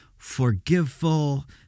forgiveful